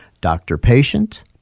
doctor-patient